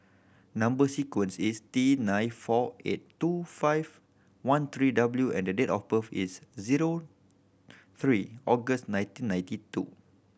number sequence is T nine four eight two five one three W and the date of birth is zero three August nineteen ninety two